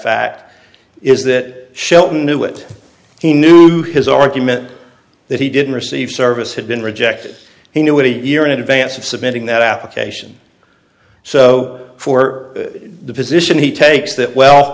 fact is that shelton knew it he knew his argument that he didn't receive service had been rejected he knew it a year in advance of submitting that application so for the position he takes